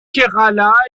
kerala